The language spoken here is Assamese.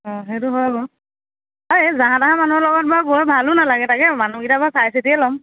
অ সেইটো হয় বাৰু অ এই যাহা তাহা মানুহৰ লগত বাৰু গৈ ভালো নালাগে তাকে মানুহকেইটা বাৰু চাই চিতিয়ে ল'ম